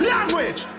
Language